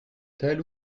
telle